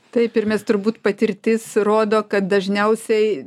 taip ir mes turbūt patirtis rodo kad dažniausiai